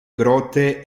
grotte